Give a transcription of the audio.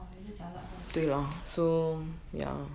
哦也是 jialat hor